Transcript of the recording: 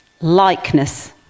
likeness